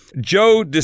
Joe